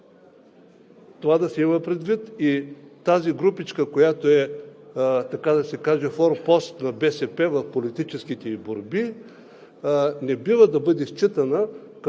това да се има предвид, и тази групичка, която е, така да се каже, форпост на БСП в политическите ѝ борби, не бива да бъде считана